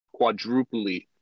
quadruply